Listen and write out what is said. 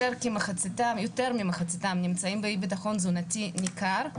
יותר ממחציתם נמצאים באי ביטחון תזונתי ניכר,